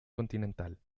continental